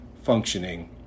functioning